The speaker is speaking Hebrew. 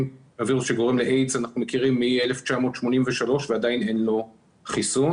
הווירוס שגורם לאיידס - אנחנו מכירים מ-1983 ועדיין אין לו חיסון.